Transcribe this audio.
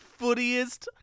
footiest